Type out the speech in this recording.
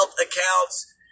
accounts